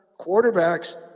quarterbacks